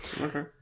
Okay